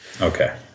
Okay